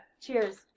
Cheers